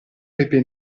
pepe